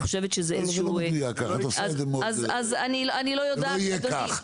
זה לא מדויק, זה לא יהיה כך.